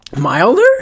Milder